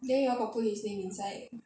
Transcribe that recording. then you all got put his name inside